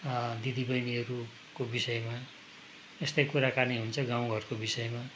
दिदी बहिनीहरूको विषयमा यस्तै कुराकानी हुन्छ गाउँघरको विषयमा